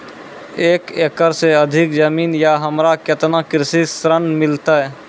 एक एकरऽ से अधिक जमीन या हमरा केतना कृषि ऋण मिलते?